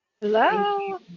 Hello